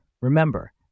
remember